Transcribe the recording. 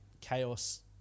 chaos